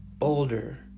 older